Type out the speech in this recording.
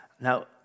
Now